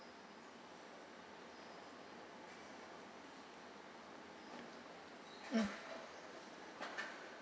mm